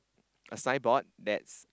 a signboard that's